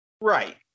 right